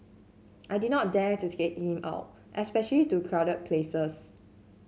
I did not dare to take him out especially to crowded places